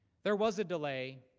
there was a delay